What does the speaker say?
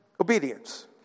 obedience